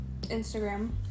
Instagram